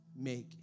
make